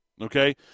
okay